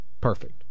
perfect